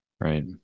Right